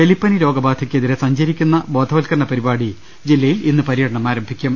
എലിപ്പനി രോഗബാധയ്ക്ക് എതിരെ സഞ്ചരിക്കുന്ന ബോധവത്ക്കരണ പരിപാടി ജില്ലയിൽ ഇന്ന് പര്യടനം ആരംഭിക്കും